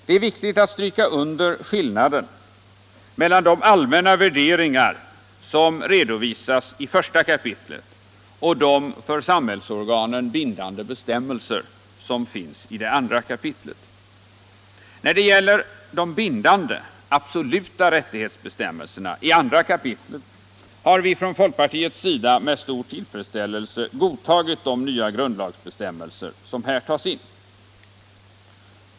Det är viktigt att stryka under skillnaden mellan de allmänna värderingar som redovisas i första kapitlet och de för samhällsorganen bindande bestämmelser som finns i andra kapitlet. När det gäller de bindande, absoluta rättighetsbestämmelserna i andra kapitlet har vi från folkpartiets sida med stor tillfredsställelse godtagit de nya grundlagsbestämmelser som här tas in.